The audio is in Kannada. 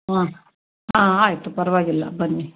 ಹ್ಞೂ ಆಂ ಆಯಿತು ಪರವಾಗಿಲ್ಲ ಬನ್ನಿ